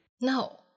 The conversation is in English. No